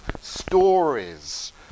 stories